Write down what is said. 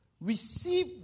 Receive